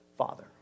father